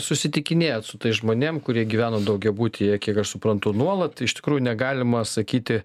susitikinėjat su tais žmonėms kurie gyveno daugiabutyje kiek aš suprantu nuolat iš tikrųjų negalima sakyti